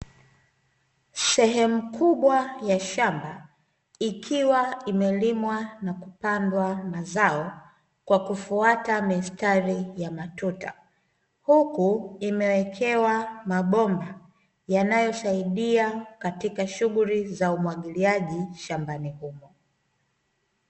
Sehemu kubwa ya shamba, ikiwa imelimwa na kupandwa mazao kwa kufuata mistari ya matuta. Huku imewekewa mabomba yanayosaidia katika shughuli za umwagiliaji shambani humo.